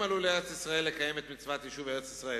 הם עלו לארץ-ישראל לקיים את מצוות יישוב ארץ-ישראל,